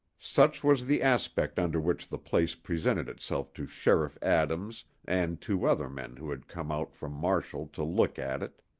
such was the aspect under which the place presented itself to sheriff adams and two other men who had come out from marshall to look at it.